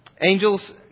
Angels